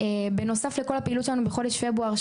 בנוסף לכל הפעילות שלנו בחודש פברואר,